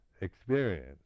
experience